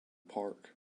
park